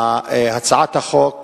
הצעת החוק